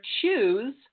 choose